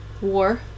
war